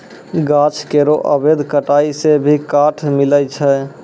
गाछ केरो अवैध कटाई सें भी काठ मिलय छै